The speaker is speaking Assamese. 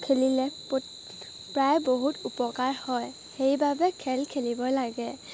খেলিলে প্ৰায় বহুত উপকাৰ হয় সেইবাবে খেল খেলিব লাগে